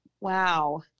wow